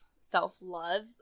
self-love